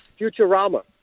Futurama